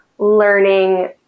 learning